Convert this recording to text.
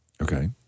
Okay